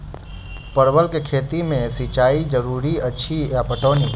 परवल केँ खेती मे सिंचाई जरूरी अछि या पटौनी?